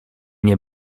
nie